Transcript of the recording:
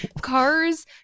cars